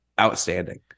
outstanding